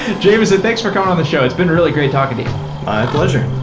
jameson, thanks for coming on the show. it's been really great talking to you my pleasure